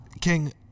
King